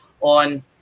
on